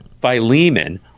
Philemon